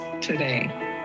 today